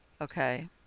Okay